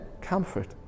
comfort